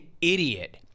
idiot